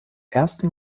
ersten